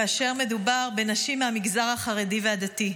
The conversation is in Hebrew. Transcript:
-- כאשר מדובר בנשים מהמגזר החרדי והדתי.